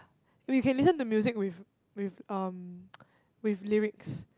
we can listen to music with with um with lyrics